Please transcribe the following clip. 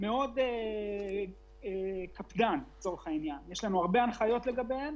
מאוד קפדן לגביהן, יש לנו הרבה הנחיות לגביהן.